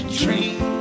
dream